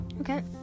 okay